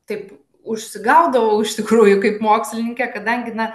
taip užsigaudavau iš tikrųjų kaip mokslininkė kadangi na